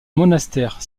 monastère